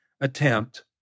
attempt